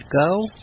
go